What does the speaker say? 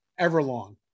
Everlong